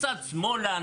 קצת שמאלה,